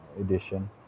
edition